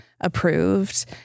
approved